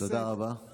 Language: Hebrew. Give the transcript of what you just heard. תודה רבה.